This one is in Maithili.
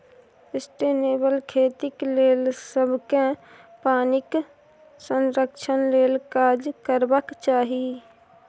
सस्टेनेबल खेतीक लेल सबकेँ पानिक संरक्षण लेल काज करबाक चाही